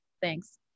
Thanks